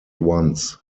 once